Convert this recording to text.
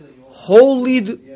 Holy